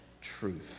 truth